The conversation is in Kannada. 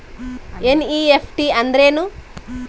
ಎನ್.ಇ.ಎಫ್.ಟಿ ಅಂದ್ರೆನು?